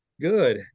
Good